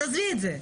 אז עזבי את זה.